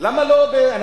למה לא,